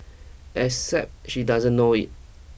except she doesn't know it